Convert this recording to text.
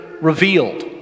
revealed